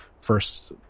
first